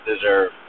deserve